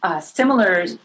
similar